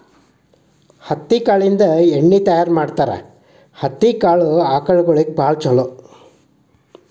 ಹತ್ತಿ ಕಾಳಿಂದ ಎಣ್ಣಿ ತಯಾರ ಮಾಡ್ತಾರ ಹತ್ತಿ ಕಾಳ ಆಕಳಗೊಳಿಗೆ ಚುಲೊ